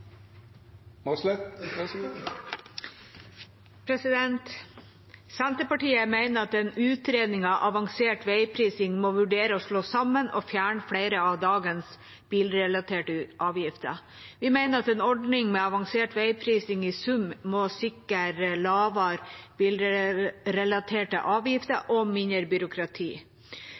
Senterpartiet mener at en utredning av avansert veiprising må vurdere å slå sammen og fjerne flere av dagens bilrelaterte avgifter. Vi mener at en ordning med avansert veiprising i sum må sikre lavere bilrelaterte avgifter og mindre byråkrati.